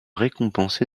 récompensé